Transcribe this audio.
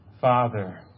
Father